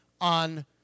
on